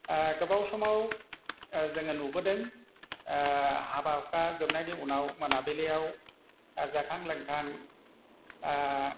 गोबाव समाव जोङो नुबोदों हाबा हुखा जोबनायनि उनाव मोनाबिलियाव जाखां लोंखां